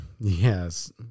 yes